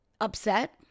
upset